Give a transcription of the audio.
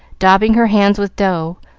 daubing her hands with dough,